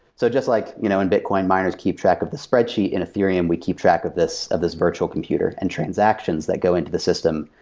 so just like you know in bitcoin, miners keep track of the spreadsheet. in ethereum, we keep track of this of this virtual computer and transactions that go into the system,